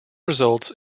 results